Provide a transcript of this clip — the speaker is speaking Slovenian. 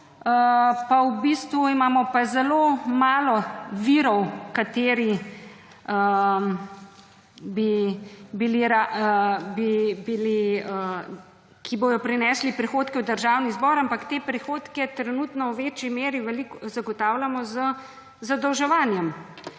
pa v bistvu imamo pa zelo malo virov, ki bojo prinesli prihodke v Državni zbor, ampak te prihodke trenutno v večji meri zagotavljamo z zadolževanjem.